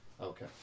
Okay